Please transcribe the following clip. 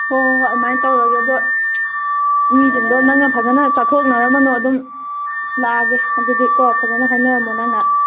ꯍꯣꯏ ꯍꯣꯏ ꯍꯣꯏ ꯑꯗꯨꯃꯥꯏꯅ ꯇꯧꯔꯒꯦ ꯑꯗꯣ ꯃꯤꯁꯤꯡꯗꯣ ꯑꯗꯨꯝ ꯆꯠꯊꯣꯛꯅꯔꯝꯃꯅꯣ ꯑꯗꯨꯝ ꯂꯥꯛꯑꯒꯦ ꯑꯗꯨꯗꯤꯀꯣ ꯐꯖꯅ ꯍꯥꯏꯅꯔꯝꯃꯣ ꯅꯪꯅ